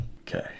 Okay